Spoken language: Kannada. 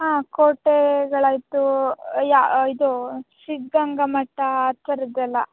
ಹಾಂ ಕೋಟೆಗಳಾಯಿತು ಯಾ ಇದು ಸಿದ್ದಗಂಗಾ ಮಠ ಆ ಥರದ್ದೆಲ್ಲ